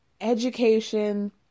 education